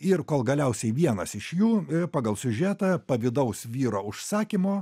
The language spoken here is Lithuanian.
ir kol galiausiai vienas iš jų pagal siužetą pavydaus vyro užsakymu